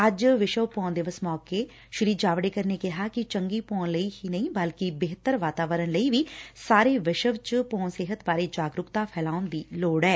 ਅੱਜ ਵਿਸ਼ਵ ਭੋਂ ਦਿਵਸ ਮੋਕੇ ਸ੍ਰੀ ਜਾਵੜੇਕਰ ਨੇ ਕਿਹਾ ਕਿ ਚੰਗੀ ਭੋਂ ਲਈ ਹੀ ਨਹੀਂ ਬਲਕਿ ਬਿਹਤਰ ਵਾਤਾਵਰਨ ਲਈ ਵੀ ਸਾਰੇ ਵਿਸ਼ਵ ਚ ਭੌਂ ਸਿਹਤ ਬਾਰੇ ਜਾਗਰੁਕਤਾ ਫੈਲਾਉਣ ਦੀ ਲੋੜ ਐ